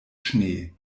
schnee